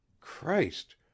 Christ